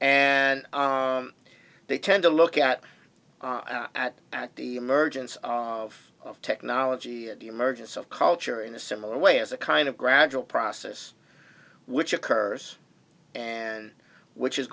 and they tend to look at at at the mergence of technology and the emergence of culture in a similar way as a kind of gradual process which occurs and which is